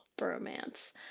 bromance